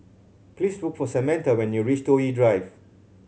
please look for Samatha when you reach Toh Yi Drive